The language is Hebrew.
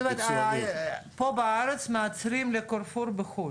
זאת אומרת פה בארץ מייצרים ל'קרפור' בחו"ל?